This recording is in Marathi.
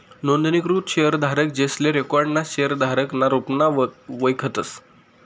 नोंदणीकृत शेयरधारक, जेसले रिकाॅर्ड ना शेयरधारक ना रुपमा वयखतस